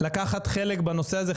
לקחת חלק בנושא הזה,